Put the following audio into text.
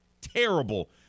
terrible